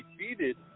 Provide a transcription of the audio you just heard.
defeated